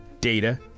data